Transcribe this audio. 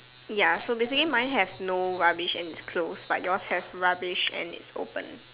ya so basically mine have no rubbish and it's close but yours have rubbish and it's open